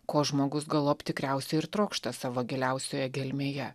ko žmogus galop tikriausiai ir trokšta savo giliausioje gelmėje